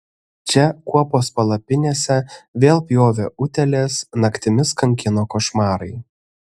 čia kuopos palapinėse vėl pjovė utėlės naktimis kankino košmarai